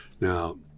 Now